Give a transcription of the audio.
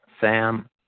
Sam